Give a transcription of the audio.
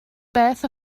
beth